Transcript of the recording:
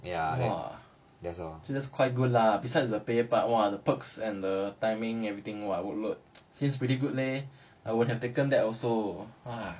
!wah! that's quite good lah besides the pay part !wah! the perks and the timing everything !wah! workload seems pretty good leh I would have taken that also